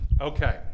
Okay